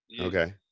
Okay